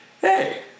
hey